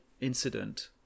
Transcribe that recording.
incident